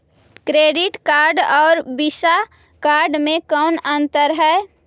Credit card और Visa card मे कौन अन्तर है?